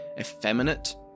effeminate